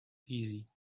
easy